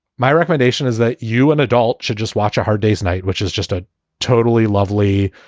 my recommendation is that you, an adult, should just watch a hard day's night, which is just a totally lovely,